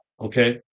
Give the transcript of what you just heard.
okay